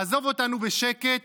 לעזוב אותנו בשקט